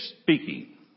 speaking